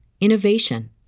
innovation